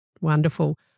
Wonderful